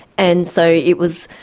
and so it was,